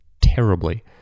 terribly